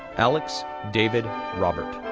alex david robert,